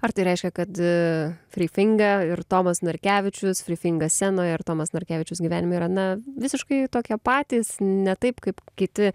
ar tai reiškia kad frifinga ir tomas narkevičius frifinga scenoje ir tomas narkevičius gyvenime yra na visiškai tokie patys ne taip kaip kiti